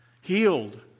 healed